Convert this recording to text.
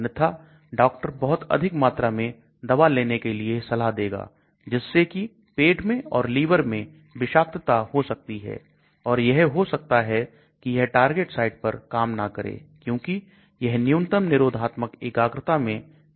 अन्यथा डॉक्टर बहुत अधिक मात्रा में दवा लेने के लिए सलाह देगा जिससे की पेट में और लीवर में विषाक्तता हो सकती है और यह हो सकता है कि यह टारगेट साइट पर काम ना करें क्योंकि यह न्यूनतम निरोधात्मक एकाग्रता मैं नहीं पहुंच रही है